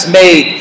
made